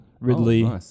Ridley